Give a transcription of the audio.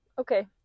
Okay